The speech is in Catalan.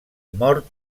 mort